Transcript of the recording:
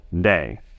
day